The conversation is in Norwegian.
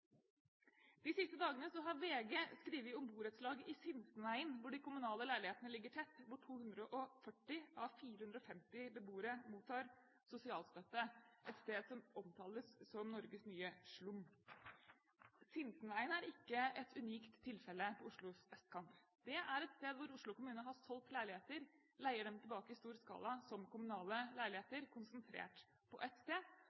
De siste dagene har VG skrevet om et borettslag i Sinsenveien, et sted som omtales som Norges nye slum, hvor de kommunale leilighetene ligger tett, og hvor 240 av 450 beboere mottar sosialstøtte. Sinsenveien er ikke et unikt tilfelle på Oslos østkant. Det er et sted hvor Oslo kommune har solgt leiligheter som de leier tilbake i stor skala som kommunale leiligheter, konsentrert på ett sted.